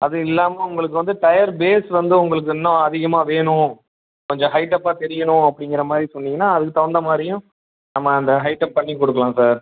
அது இல்லாமல் உங்களுக்கு வந்து டயர் பேஸ் வந்து உங்களுக்கு இன்னும் அதிகமாக வேணும் கொஞ்சம் ஹைட்டப்பாக தெரியணும் அப்படிங்கற மாதிரி சொன்னீங்கன்னா அதுக்கு தகுந்தா மாதிரியும் நம்ம அந்த ஹைட்டப் பண்ணி கொடுக்கலாம் சார்